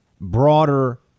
broader